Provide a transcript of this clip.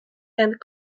and